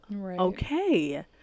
okay